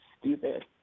stupid